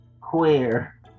queer